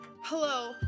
Hello